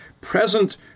present